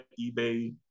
ebay